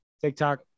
TikTok